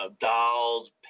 dolls